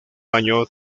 año